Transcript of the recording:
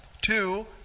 Two